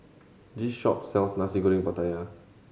this shop sells Nasi Goreng Pattaya